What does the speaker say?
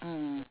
mm